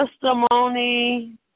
Testimony